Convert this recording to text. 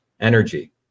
energy